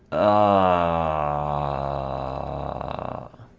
a